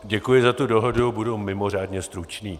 Děkuji za tu dohodu, budu mimořádně stručný.